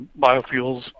biofuels